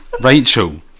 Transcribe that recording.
Rachel